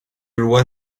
loi